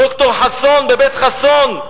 ד"ר חסון ב"בית חסון",